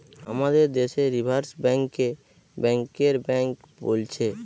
আমাদের দেশে reserve bank কে ব্যাংকের বেঙ্ক বোলছে